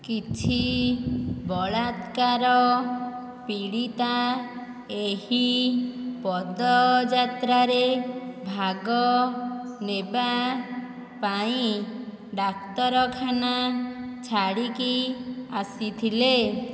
କିଛି ବଳାତ୍କାର ପୀଡ଼ିତା ଏହି ପଦଯାତ୍ରାରେ ଭାଗ ନେବା ପାଇଁ ଡାକ୍ତରଖାନା ଛାଡ଼ିକି ଆସିଥିଲେ